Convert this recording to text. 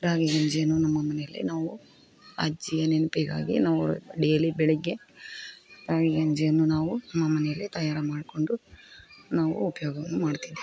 ರಾಗಿ ಗಂಜಿಯನ್ನು ನಮ್ಮ ಮನೆಯಲ್ಲಿ ನಾವು ಅಜ್ಜಿಯ ನೆನಪಿಗಾಗಿ ನಾವು ಡೇಲಿ ಬೆಳಗ್ಗೆ ರಾಗಿ ಗಂಜಿಯನ್ನು ನಾವು ನಮ್ಮ ಮನೆಯಲ್ಲಿ ತಯಾರು ಮಾಡಿಕೊಂಡು ನಾವು ಉಪಯೋಗವನ್ನು ಮಾಡ್ತಿದ್ದೇವೆ